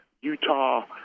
Utah